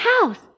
house